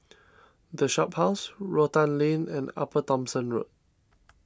the Shophouse Rotan Lane and Upper Thomson Road